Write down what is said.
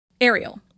Ariel